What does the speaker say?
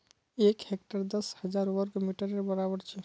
एक हेक्टर दस हजार वर्ग मिटरेर बड़ाबर छे